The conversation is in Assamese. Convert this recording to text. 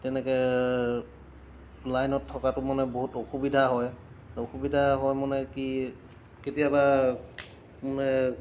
তেনেকৈ লাইনত থকাটো মানে বহুত অসুবিধা হয় অসুবিধা হয় মানে কি কেতিয়াবা মানে